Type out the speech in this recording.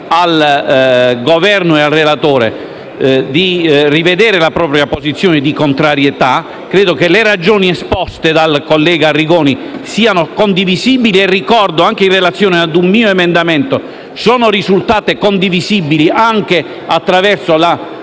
al Governo e ai relatori di rivedere la loro posizione di contrarietà. Credo che le ragioni esposte dal collega Arrigoni siano condivisibili e ricordo che anche in relazione a un mio emendamento sono risultate condivisibili anche attraverso una